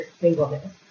singleness